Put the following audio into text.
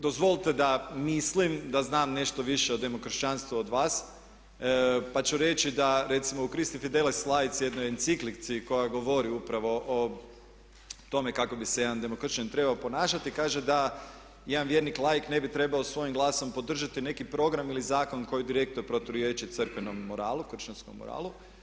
Dozvolite da mislim da znam nešto više o demokršćanstvu od vas pa ću reći da recimo … jednoj enciklici koja govori upravo o tome kako bi se jedan demokršćanin trebao ponašati kaže da jedan vjernik laik ne bi trebao svojim glasom podržati neki program ili zakon koji direktno proturječi crkvenom moralu, kršćanskom moralu.